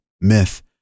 myth